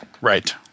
Right